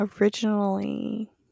originally